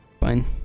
Fine